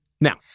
now